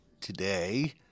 Today